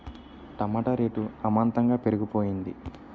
టమాట rate అమాంతంగా పెరిగిపోయింది